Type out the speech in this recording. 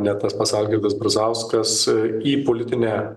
net tas pats algirdas brazauskas į politinę